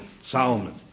Solomon